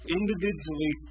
individually